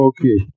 Okay